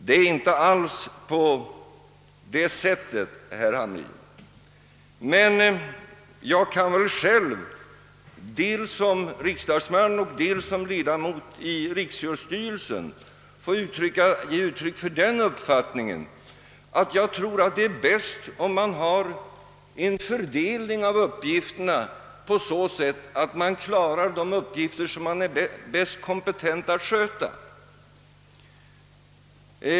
Det ligger inte alls till på det sättet, herr Hamrin. Som riksdagsman och som ledamot av Riksidrottsstyrelsen vill jag emellertid uttrycka den uppfattningen att en sådan fördelning av uppgifterna är bäst, att man sköter de uppgifter som man är mest kompetent att sköta.